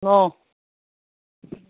অঁ